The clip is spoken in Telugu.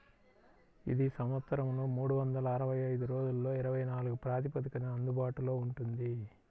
ఇది సంవత్సరంలో మూడు వందల అరవై ఐదు రోజులలో ఇరవై నాలుగు ప్రాతిపదికన అందుబాటులో ఉంటుంది